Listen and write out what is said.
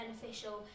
beneficial